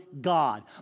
God